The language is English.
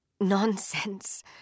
Nonsense